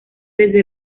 desde